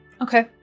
okay